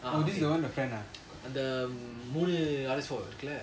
அவனும் உன்:avanum un friend eh